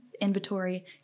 inventory